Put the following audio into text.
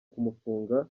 kumufunga